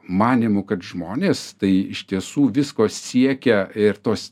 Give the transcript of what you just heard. manymu kad žmonės tai iš tiesų visko siekia ir tos